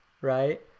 right